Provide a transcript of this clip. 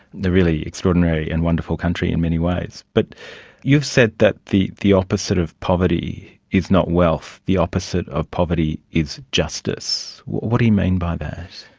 the really extraordinary and wonderful country in many ways but you've said that the the opposite of poverty is not wealth, the opposite of poverty is justice. what do you mean by that?